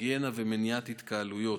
היגיינה ומניעת התקהלויות,